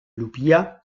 llupia